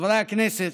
חברי הכנסת,